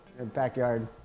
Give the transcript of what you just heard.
backyard